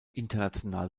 international